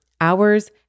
hours